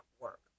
work